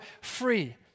free